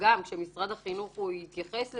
גם שמשרד החינוך יתייחס לזה,